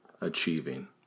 achieving